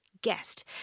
guest